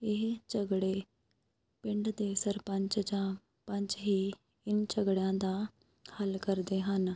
ਇਹ ਝਗੜੇ ਪਿੰਡ ਦੇ ਸਰਪੰਚ ਜਾਂ ਪੰਚ ਹੀ ਇਨ ਝਗੜਿਆਂ ਦਾ ਹੱਲ ਕਰਦੇ ਹਨ